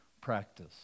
practice